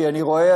כי אני רואה,